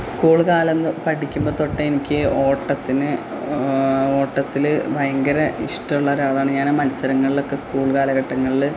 school കാലം പഠിക്കുമ്പോള്ത്തൊട്ടേ എനിക്ക് ഓട്ടത്തില് ഭയങ്കര ഇഷ്ടമുള്ള ഒരാളാണ് ഞാനാ മൻസരങ്ങളിലൊക്കെ സ്കൂള് കാലഘട്ടങ്ങളില്